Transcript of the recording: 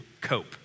cope